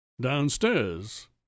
Downstairs